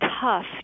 tough